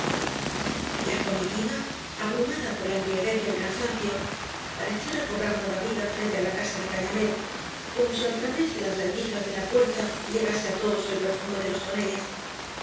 la comitiva abrumada por la embriaguez y v blasco ibáñbz el cansancio pareció recobrar nueva vida frente á la casa de cañamél como bí al través de las ren dijas de la puerta llegase á todos el perfume de los toneles